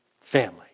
family